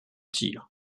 tir